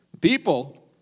People